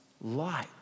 light